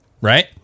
right